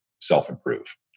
self-improve